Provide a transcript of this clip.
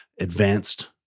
advanced